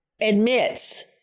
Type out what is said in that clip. admits